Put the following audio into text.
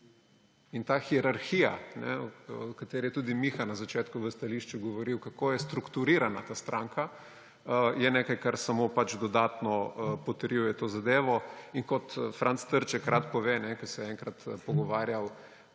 In ta hierarhija, o kateri je tudi Miha na začetku v stališču govoril, kako je strukturirana ta stranka, je nekaj, kar pač samo dodatno potrjuje to zadevo. In kot Franc Trček rad pove, ko se je enkrat pogovarjal